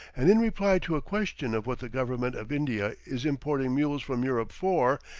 and in reply to a question of what the government of india is importing mules from europe for,